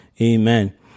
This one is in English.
amen